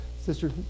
Sister